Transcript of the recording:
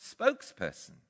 spokesperson